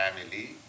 family